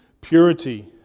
purity